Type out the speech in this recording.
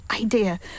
idea